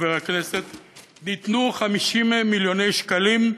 ניתנו 50 מיליוני שקלים,